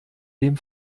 den